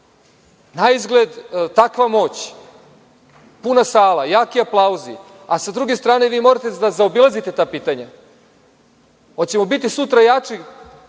Naizgled takva moć, puna sala, jaki aplauzi, a sa druge strane vi morate da zaobilazite ta pitanja. Hoćemo li sutra biti